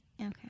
okay